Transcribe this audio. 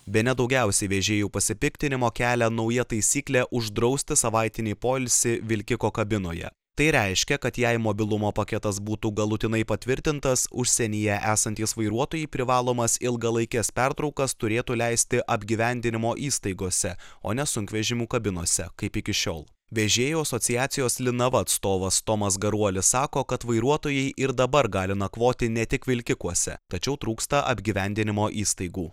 bene daugiausiai vežėjų pasipiktinimo kelia nauja taisyklė uždrausti savaitinį poilsį vilkiko kabinoje tai reiškia kad jei mobilumo paketas būtų galutinai patvirtintas užsienyje esantys vairuotojai privalomas ilgalaikes pertraukas turėtų leisti apgyvendinimo įstaigose o ne sunkvežimių kabinose kaip iki šiol vežėjų asociacijos linava atstovas tomas garuolis sako kad vairuotojai ir dabar gali nakvoti ne tik vilkikuose tačiau trūksta apgyvendinimo įstaigų